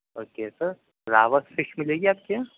okay sir راوس fish ملےگی آپ کے یہاں